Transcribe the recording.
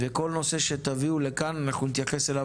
וכל נושא שתביאו לכאן אנחנו נתייחס אליו